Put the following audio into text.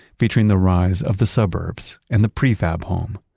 featuring the rise of the suburbs and the pre-fab home.